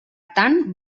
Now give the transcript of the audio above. tant